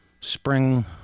Spring